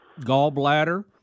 gallbladder